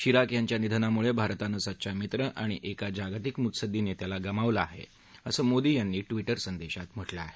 Chirac यांच्या निधनामुळे भारतानं सच्चा मित्र आणि एका जागतिक मुत्सदी नेत्याला गमावलं आहे असं मोदी यांनी ट्विटर संदेशात म्हटलं आहे